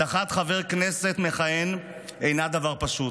הדחת חבר כנסת מכהן אינה דבר פשוט.